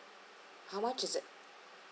how much is that